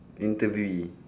interviewee